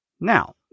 Now